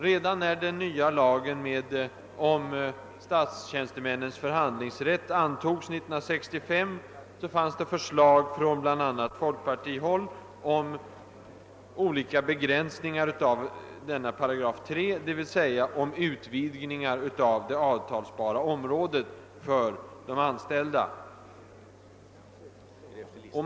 Redan när den nya lagen om statstjänstemännens förhandlingsrätt antogs 1965, förelåg förslag från bl.a. folkpartihåll om utvidgning av det avtalsbara området för de anställda.